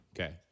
Okay